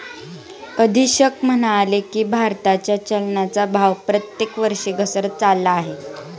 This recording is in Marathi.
अधीक्षक म्हणाले की, भारताच्या चलनाचा भाव प्रत्येक वर्षी घसरत चालला आहे